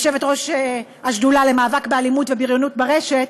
יושבת-ראש השדולה למאבק באלימות ובריונות ברשת,